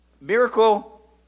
Miracle